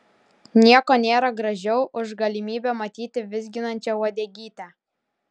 nieko nėra gražiau už galimybę matyti vizginančią uodegytę